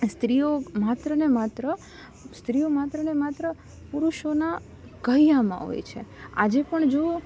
સ્ત્રીઓ માત્રને માત્ર સ્ત્રીઓ માત્રને માત્ર પુરુષોના કહ્યાંમાં હોય છે આજે પણ જુઓ